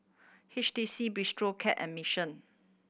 H T C Bistro Cat and Mission